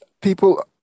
people